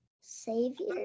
Savior